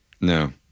No